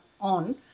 on